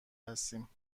هستیم